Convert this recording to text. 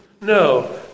No